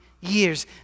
years